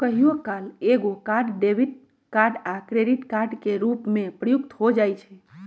कहियो काल एकेगो कार्ड डेबिट कार्ड आ क्रेडिट कार्ड के रूप में प्रयुक्त हो जाइ छइ